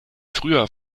früher